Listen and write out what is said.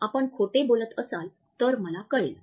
आपण खोटे बोलत असाल तर मला कळेलच